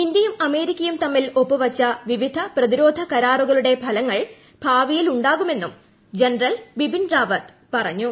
ഇന്ത്യയും അമേരിക്കയും തമ്മിൽ ഒപ്പുവെച്ച വിവിധ പ്രതിരോധ കരാറുകളുടെ ഫലങ്ങൾ ഭാവിയിൽ ഉണ്ടാകുമെന്നും ജനറൽ ബിപിൻ റാവത്ത് പറഞ്ഞു